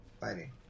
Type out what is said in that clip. Fighting